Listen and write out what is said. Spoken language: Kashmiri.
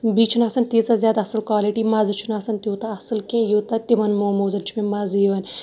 بیٚیہِ چھُنہٕ آسان تیٖژاہ زیادٕ اَصٕل کالِٹی مَزٕ چھُنہٕ آسان تیوٗتاہ اَصٕل کیٚنٛہہ یوٗتاہ تِمَن موموزَن چھُ مےٚ مَزٕ یِوان